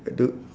uh do